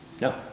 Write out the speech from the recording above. no